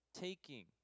taking